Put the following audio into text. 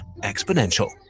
exponential